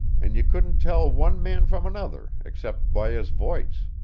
and you couldn't tell one man from another except by his voice.